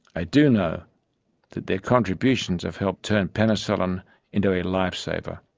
i do know that their contributions have helped turn penicillin into a lifesaver,